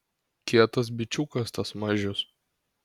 kietas bičiukas tas mažius